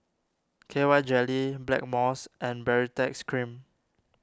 K Y Jelly Blackmores and Baritex Cream